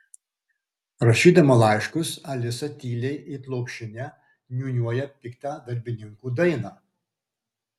rašydama laiškus alisa tyliai it lopšinę niūniuoja piktą darbininkų dainą